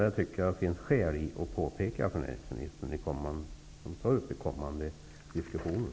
Jag tycker att det finns skäl att påpeka detta för näringsministern. Det bör tas upp i kommande diskussioner.